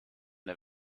der